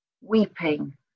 weeping